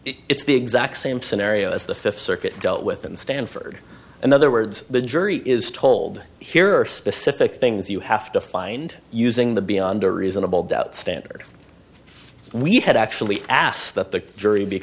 instructions it's the exact same scenario as the fifth circuit dealt with in stanford in other words the jury is told here are specific things you have to find using the beyond a reasonable doubt standard we had actually asked that the jury be